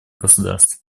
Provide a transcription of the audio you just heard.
государств